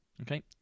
Okay